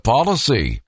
Policy